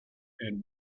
and